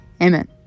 amen